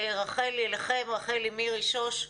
אליכן, רחלי, מירי, שוש,